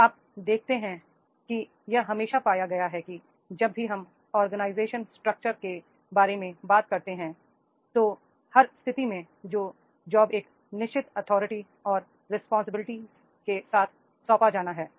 अब आप देखते हैं कि यह हमेशा पाया गया है कि जब भी हम ऑर्गेनाइजेशन स्ट्रक्चर के बारे में बात करते हैं तो हर स्थिति जो जॉब एक निश्चित अथॉरिटी और रिस्पांसिबिलिटीज के साथ सौंपा जाना है